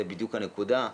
זו בדיוק הנקודה.